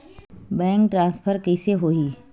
Bank transfer कइसे होही?